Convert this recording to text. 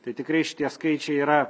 tai tikrai šitie skaičiai yra